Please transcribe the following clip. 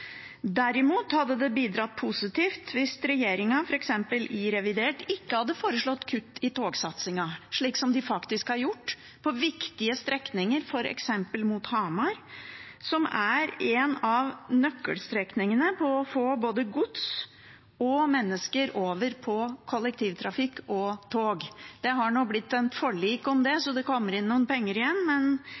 Derimot hadde det bidratt positivt hvis regjeringen f.eks. i revidert ikke hadde foreslått kutt i togsatsingen, slik som de faktisk har gjort, på viktige strekninger, f.eks. mot Hamar, som er en av nøkkelstrekningene for å få både gods og mennesker over på kollektivtrafikk og tog. Det har blitt et forlik om det, så det kommer inn noen penger igjen,